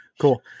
Cool